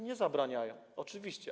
Nie zabraniają, oczywiście.